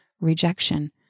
rejection